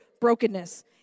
brokenness